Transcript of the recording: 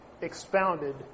expounded